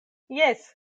jes